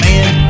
Man